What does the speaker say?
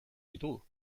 ditugu